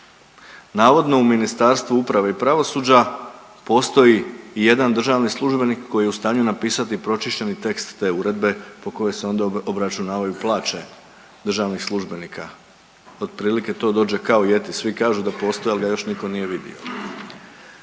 Navodno u Ministarstvu uprave i pravosuđa postoji jedan državni službenik koji je u stanju napisati pročišćeni tekst te uredbe po kojoj se onda obračunavaju plaće državnih službenika. Otprilike to dođe kao Jeti, svi kažu da postoji, ali ga još niko nije vidio.